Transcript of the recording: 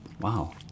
Wow